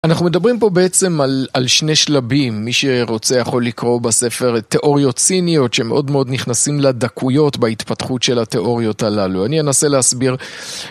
אנחנו מדברים פה בעצם על שני שלבים, מי שרוצה יכול לקרוא בספר תיאוריות סיניות שמאוד מאוד נכנסים לדקויות בהתפתחות של התיאוריות הללו, אני אנסה להסביר